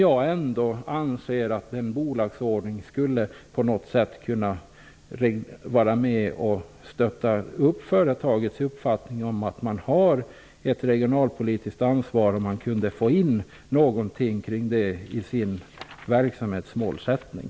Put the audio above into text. Jag anser att en bolagsordning på något sätt skulle kunna stötta företagets uppfattning att man har ett regionalpolitiskt ansvar. Det skulle den göra om man kunde få in någonting om det i företagets verksamhetsmålsättning.